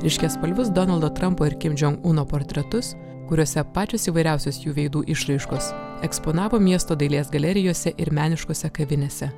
ryškiaspalvius donaldo trampo kim džen uno portretus kuriuose pačios įvairiausios jų veidų išraiškos eksponavo miesto dailės galerijose ir meniškose kavinėse